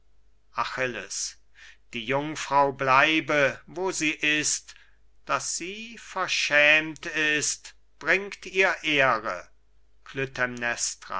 achilles die jungfrau bleibe wo sie ist daß sie verschämt ist bringt ihr ehre